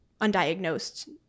undiagnosed